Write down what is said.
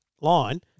line